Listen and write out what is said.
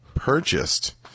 purchased